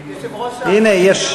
הנה, יש,